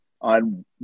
on